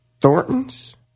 Thornton's